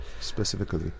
specifically